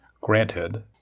granted